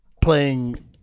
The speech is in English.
playing